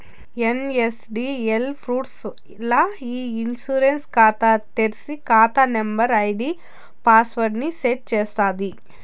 NSDL పూర్స్ ల్ల ఇ ఇన్సూరెన్స్ కాతా తెర్సి, కాతా నంబరు, ఐడీ పాస్వర్డ్ ని సెట్ చేస్తాది